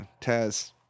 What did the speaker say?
Taz